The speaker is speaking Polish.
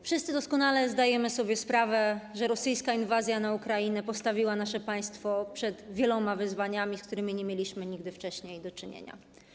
Wszyscy doskonale zdajemy sobie sprawę, że rosyjska inwazja na Ukrainę postawiła nasze państwo przed wieloma wyzwaniami, z którymi nie mieliśmy nigdy wcześniej do czynienia.